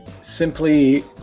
simply